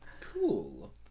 Cool